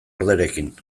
orderekin